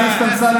תפסיק.